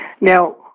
Now